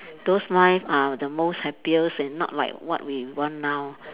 those life are the most happiest and not like what we want now